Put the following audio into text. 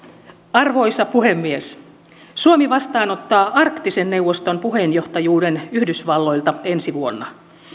arvoisa puhemies suomi vastaanottaa arktisen neuvoston puheenjohtajuuden yhdysvalloilta ensi vuonna